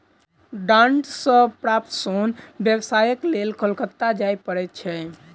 डांट सॅ प्राप्त सोन व्यवसायक लेल कोलकाता जाय पड़ैत छै